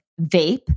vape